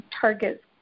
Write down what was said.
targets